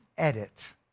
Edit